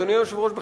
אדוני היושב-ראש,